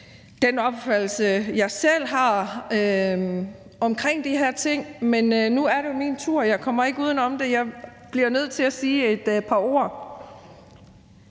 den opfattelse, jeg selv har omkring de her ting. Men nu er det jo min tur; jeg kommer ikke uden om det. Jeg bliver nødt til at sige et par ord.